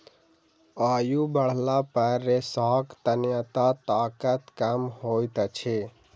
आयु बढ़ला पर रेशाक तन्यता ताकत कम होइत अछि